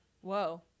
Whoa